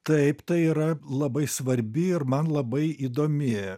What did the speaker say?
taip tai yra labai svarbi ir man labai įdomi